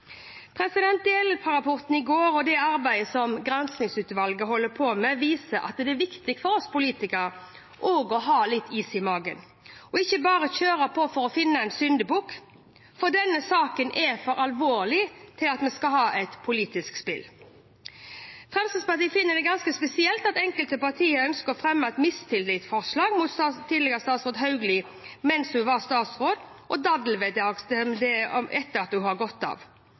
i går og det arbeidet som granskningsutvalget holder på med, viser at det er viktig for oss politikere å ha litt is i magen og ikke bare kjøre på for å finne en syndebukk. Denne saken er for alvorlig til at vi skal ha et politisk spill. Fremskrittspartiet finner det ganske spesielt at enkelte partier ønsket å fremme mistillitsforslag mot tidligere statsråd Hauglie mens hun var statsråd, og daddelvedtak etter at hun hadde gått av.